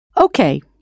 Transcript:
Okay